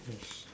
yes